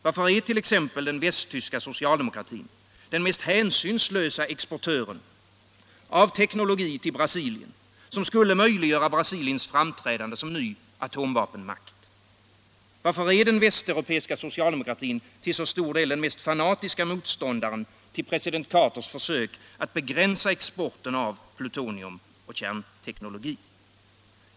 Varför är t.ex. den västtyska socialdemokratin den mest hänsynslösa exportören av teknologi till Brasilien, som skulle möjliggöra Brasiliens framträdande som ny atomvapenmakt? Varför är den västeuropeiska socialdemokratin till så stor del den mest fanatiska motståndaren till president Carters försök att begränsa — Nr 107 exporten av plutonium och kärnteknologi?